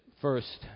First